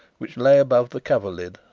which lay above the coverlid,